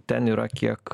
ten yra kiek